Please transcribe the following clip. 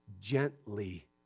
gently